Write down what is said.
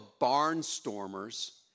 Barnstormers